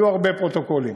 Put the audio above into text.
היו הרבה פרוטוקולים.